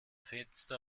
fenster